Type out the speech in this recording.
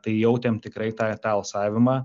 tai jautėm tikrai tą tą alsavimą